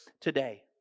today